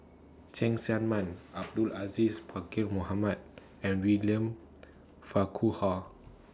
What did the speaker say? Cheng Tsang Man Abdul Aziz Pakkeer Mohamed and William Farquhar